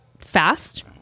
fast